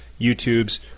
YouTubes